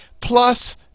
plus